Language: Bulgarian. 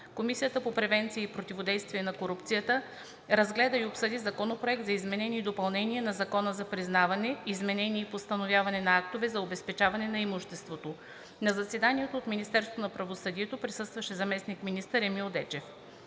Комисията по превенция и противодействие на корупцията разгледа и обсъди Законопроект за изменение и допълнение на Закона за признаване, изпълнение и постановяване на актове за обезпечаване на имущество. На заседанието от Министерството на правосъдието присъстваше заместник-министър Емил Дечев.